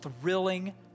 thrilling